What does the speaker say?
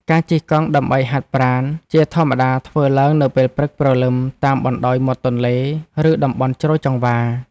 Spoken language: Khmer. ការជិះកង់ដើម្បីហាត់ប្រាណ ជាធម្មតាធ្វើឡើងនៅពេលព្រឹកព្រលឹមតាមបណ្ដោយមាត់ទន្លេ ឬតំបន់ជ្រោយចង្វារ។